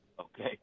Okay